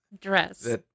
dress